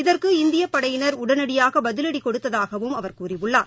இதற்கு இந்தியபடையினர் உடனடியாகபதிலடிகொடுத்ததாகவும் அவர் கூறியுள்ளார்